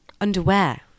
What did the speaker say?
Underwear